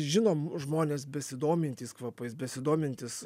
žinom žmonės besidomintys kvapais besidomintys